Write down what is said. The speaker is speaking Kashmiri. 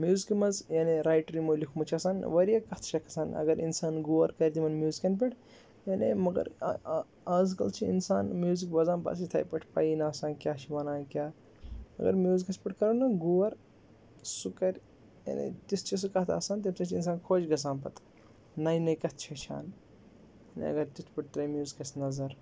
میوٗزکہٕ منٛز یعنی رایٹَر یِمو لیوٚکھمُت چھُ آسان واریاہ کَتھٕ چھِ کھسان اگر اِنسان غور کَرِ تِمَن میوٗزِکَن پٮ۪ٹھ یعنی مگر آز کَل چھِ اِنسان میوٗزِک بوزان بَس یِتھَے پٲٹھۍ پَیی نہٕ آسان کیٛاہ چھِ وَنان کیٛاہ اگر میوٗزِکَس پٮ۪ٹھ کَرو نہ غور سُہ کَرِ یعنی تِژھ چھِ سُہ کَتھٕ آسان تٔمۍ سۭتۍ چھِ اِنسان خۄش گژھان پَتہٕ نَیہِ نَیہِ کَتھٕ چھِ ہیٚچھان اگر تِتھ پٲٹھۍ ترٛایہِ میوٗزِکَس نظر